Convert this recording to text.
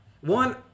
one